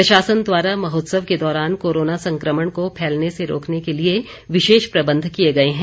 प्रशासन द्वारा महोत्सव के दौरान कोरोना संक्रमण को फैलने से रोकने के लिए विशेष प्रबंध किए गए हैं